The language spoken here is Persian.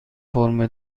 فرم